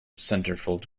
centerfold